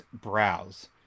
browse